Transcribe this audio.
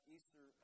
Easter